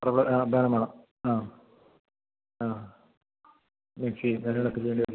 അത് വേണം വേണം ആ ആ